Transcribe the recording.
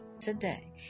today